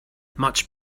much